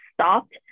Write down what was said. stopped